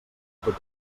tot